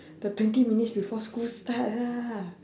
the twenty minutes before school start lah